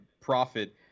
profit